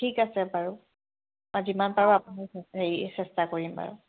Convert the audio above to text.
ঠিক আছে বাৰু যিমান পাৰোঁ হেৰি চেষ্টা কৰিম বাৰু